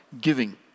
giving